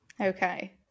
Okay